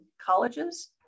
colleges